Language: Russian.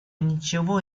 ничего